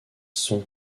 sont